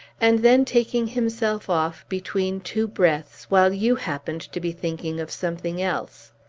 and then taking himself off, between two breaths, while you happened to be thinking of something else.